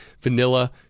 vanilla